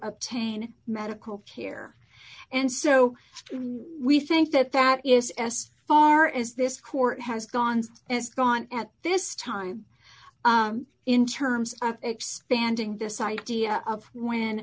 obtain medical care and so we think that that is as far as this court has gone it's gone at this time in terms of banding this idea of w